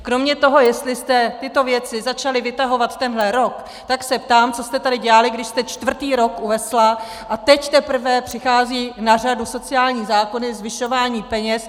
Kromě toho, jestli jste tyto věci začali vytahovat tenhle rok, tak se ptám, co jste tady dělali, když jste čtvrtý rok u vesla, a teď teprve přichází na řadu sociální zákony, zvyšování peněz.